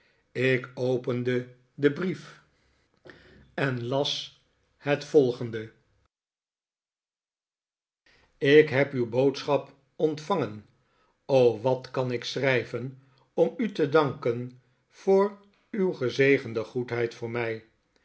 ik opende den brief en las het volgende ik heb uw boodschap ontvangen o wat kan ik schrijven om u te danken voor uw gezegende goedheid voor mij